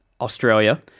australia